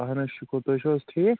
اہَن حظ شُکُر تُہۍ چھُو حظ ٹھیٖک